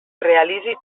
realitzi